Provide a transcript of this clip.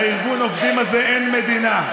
לארגון העובדים הזה אין מדינה.